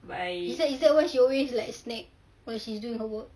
is that is that why she always like snake when she's doing her work